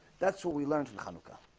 that's what we learn from hanukkah.